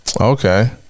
okay